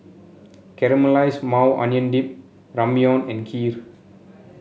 Caramelized Maui Onion Dip Ramyeon and Kheer